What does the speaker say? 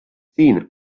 siin